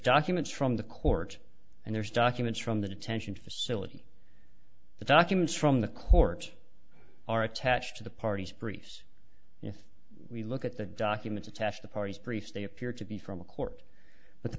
documents from the court and there's documents from the detention facility the documents from the courts are attached to the party's briefs if we look at the documents attached to parties briefs they appear to be from a court